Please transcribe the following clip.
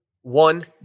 one